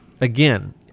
again